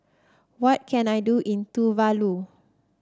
what can I do in Tuvalu